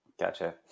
Gotcha